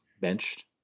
benched